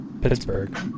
Pittsburgh